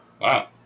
Wow